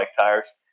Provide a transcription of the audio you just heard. tires